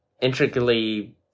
intricately